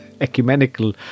ecumenical